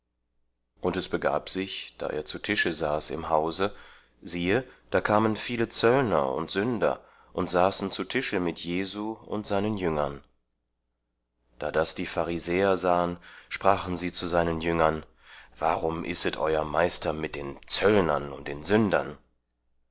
und es begab sich da er zu tische saß im hause siehe da kamen viele zöllner und sünder und saßen zu tische mit jesu und seinen jüngern da das die pharisäer sahen sprachen sie zu seinen jüngern warum isset euer meister mit den zöllnern und sündern